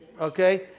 Okay